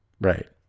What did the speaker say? right